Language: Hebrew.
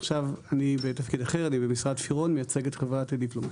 עכשיו אני בתפקיד אחר אני במשרד פירון מייצג את חברת דיפלומט.